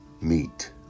Meet